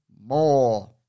more